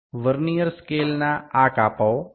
vernier સ્કેલના આ 10 કાપાઓ હું તેને V